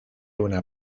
una